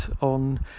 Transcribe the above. on